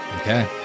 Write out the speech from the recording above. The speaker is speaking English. Okay